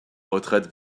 retraite